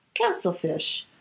Castlefish